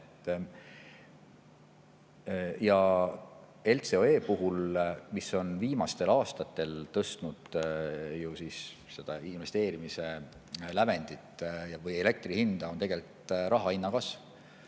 Ja LCOE puhul, mis on viimastel aastatel tõstnud seda investeerimise lävendit või elektri hinda, on tegelikult raha hinna kasv.